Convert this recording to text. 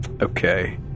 Okay